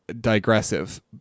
digressive